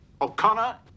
O'Connor